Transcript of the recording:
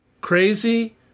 crazy